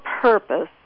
purpose